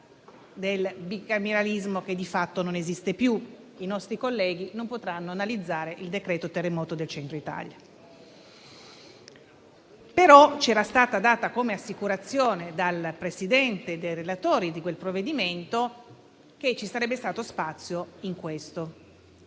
del bicameralismo, che di fatto non esiste più, i nostri colleghi non potranno analizzare il decreto-legge sul terremoto del Centro Italia. Ci era stata data come assicurazione dal Presidente e dai relatori di quel provvedimento che ci sarebbe stato spazio in occasione